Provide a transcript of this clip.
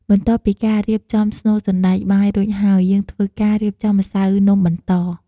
បន្ទាប់ពីការរៀបចំស្នូលសណ្ដែកបាយរួចហើយ យើងធ្វើការរៀបចំម្សៅនំបន្ត។